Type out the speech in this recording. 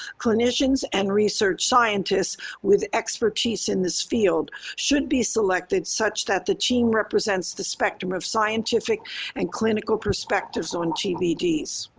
clinicians and research scientists with expertise in this field should be selected such that the team represents the spectrum of scientific and clinical perspectives on tbds.